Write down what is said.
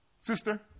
sister